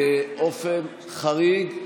באופן חריג,